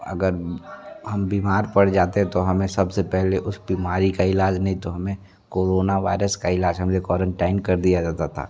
अगर हम बीमार पड़ जाते तो हमें सबसे पहले उस बीमारी का इलाज़ नहीं तो हमें कोरोना वायरस का इलाज़ क्वारंटाइन कर दिया जाता था